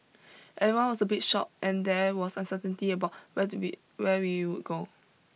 everyone was a bit shocked and there was uncertainty about whether we where we would go